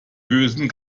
bösen